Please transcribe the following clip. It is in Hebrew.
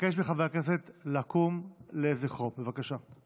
אבקש מחברי הכנסת לקום לזכרו, בבקשה.